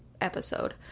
episode